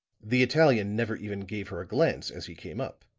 the italian never even gave her a glance as he came up